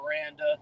Miranda